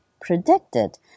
predicted